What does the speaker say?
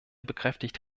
bekräftigt